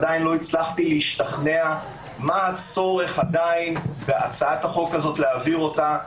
אני עדיין לא הצלחתי להשתכנע מה הצורך בהצעת החוק הזאת להעביר אותה.